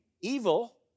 evil